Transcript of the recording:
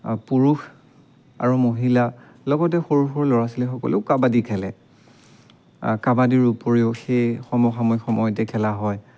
পুৰুষ আৰু মহিলা লগতে সৰু সৰু ল'ৰা ছোৱালীসকলেও কাবাডী খেলে কাবাডীৰ উপৰিও সেই সমসাময়িক সময়তে খেলা হয়